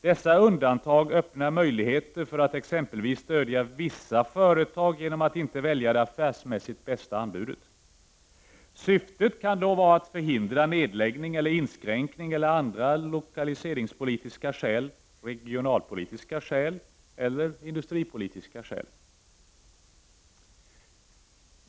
Dessa undantag öppnar möjligheter för att exempelvis stödja vissa företag genom att inte välja det affärsmässigt bästa anbudet. Syftet kan då vara att förhindra nedläggning eller inskränkning eller andra lokaliserings-, regionaloch industripolitiska skäl.